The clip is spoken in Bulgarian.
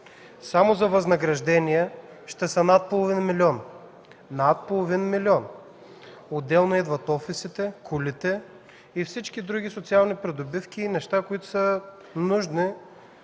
колективен орган ще са над половин милион. Над половин милион! Отделно идват офисите, колите, и всички други социални придобивки и неща, които са нужни